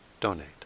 donate